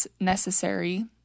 necessary